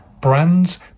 Brands